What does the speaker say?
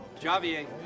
Javier